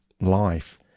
life